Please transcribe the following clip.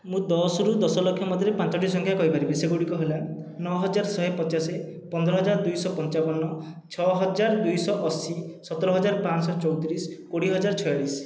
ମୁଁ ଦଶରୁ ଦଶ ଲକ୍ଷ ମଧ୍ୟରେ ପାଞ୍ଚୋଟି ସଂଖ୍ୟା କହିପାରିବି ସେଗୁଡ଼ିକ ହେଲା ନଅ ହଜାର ଶହେ ପଚାଶ ପନ୍ଦର ହଜାର ଦୁଇଶହ ପଞ୍ଚାବନ ଛଅ ହଜାର ଦୁଇଶହ ଅଶୀ ସତର ହଜାର ପାଞ୍ଚଶହ ଚଉତିରିଶ କୋଡ଼ିଏ ହଜାର ଛୟାଳିଶ